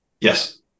Yes